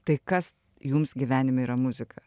tai kas jums gyvenime yra muzika